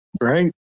Right